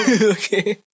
Okay